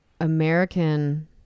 american